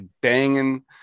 banging